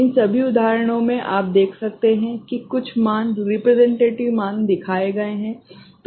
इन सभी उदाहरणों में आप देख सकते हैं कि कुछ मान रिप्रेजेंटेटिव मान दिखाए गए हैं